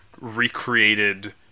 recreated